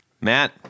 Matt